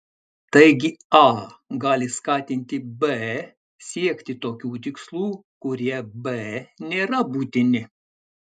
taigi a gali skatinti b siekti tokių tikslų kurie b nėra būtini